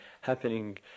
happening